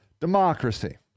democracy